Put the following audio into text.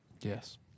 Yes